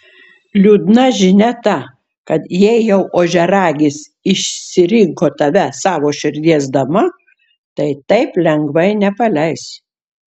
liūdna žinia ta kad jei jau ožiaragis išsirinko tave savo širdies dama tai taip lengvai nepaleis